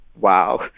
wow